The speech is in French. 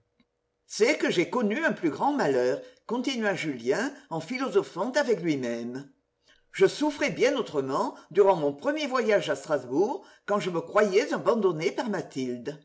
c'est que j'ai connu un plus grand malheur continua julien en philosophant avec lui-même je souffrais bien autrement durant mon premier voyage à strasbourg quand je me croyais abandonné par mathilde